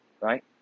right